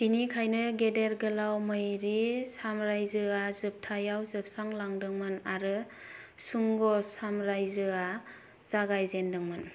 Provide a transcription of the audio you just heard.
बेनिखायनो गेदेर गोलाव मौर्य सामरायजोआ जोबथायाव जोबस्रालांदोंमोन आरो शुंग सामरायजोआ जागायजेनदोंमोन